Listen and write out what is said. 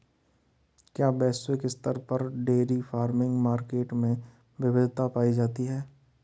क्या वैश्विक स्तर पर डेयरी फार्मिंग मार्केट में विविधता पाई जाती है?